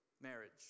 Marriage